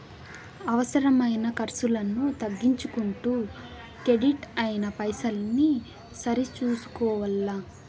అవసరమైన కర్సులను తగ్గించుకుంటూ కెడిట్ అయిన పైసల్ని సరి సూసుకోవల్ల